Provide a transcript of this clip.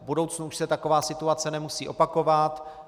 V budoucnu už se taková situace nemusí opakovat.